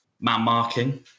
man-marking